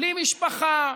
בלי משפחה,